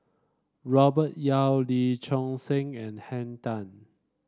Robert Yeo Lee Choon Seng and Henn Tan